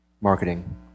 Marketing